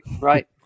Right